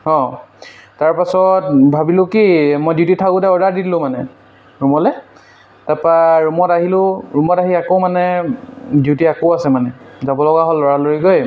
অঁ তাৰপাছত ভাবিলোঁ কি মই ডিউটিত থাকোঁতে অৰ্ডাৰ দি দিলোঁ মানে ৰূমলৈ তাৰপৰা ৰূমত আহিলোঁ ৰূমত আহি আকৌ মানে ডিউটি আকৌ আছে মানে যাব লগা হ'ল লৰালৰিকৈ